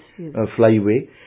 Flyway